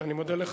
אני מודה לך.